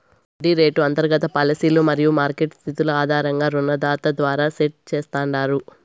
వడ్డీ రేటు అంతర్గత పాలసీలు మరియు మార్కెట్ స్థితుల ఆధారంగా రుణదాత ద్వారా సెట్ చేస్తాండారు